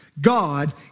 God